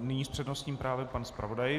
Nyní s přednostním právem pan zpravodaj.